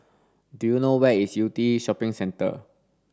do you know where is Yew Tee Shopping Centre